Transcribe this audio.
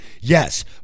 Yes